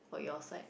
for your side